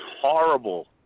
horrible